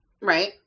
Right